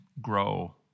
grow